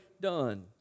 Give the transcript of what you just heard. done